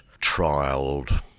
trialed